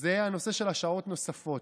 זה הנושא של השעות הנוספות.